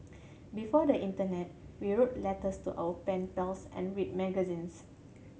before the internet we wrote letters to our pen pals and read magazines